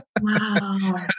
Wow